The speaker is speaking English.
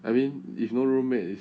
I mean if no roommate it's